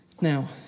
Now